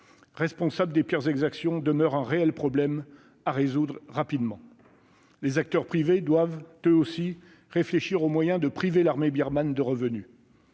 responsable des pires exactions demeure un réel problème à résoudre rapidement. Les acteurs économiques doivent, eux aussi, réfléchir aux moyens de priver l'armée birmane de revenus.